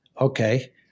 okay